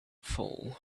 fall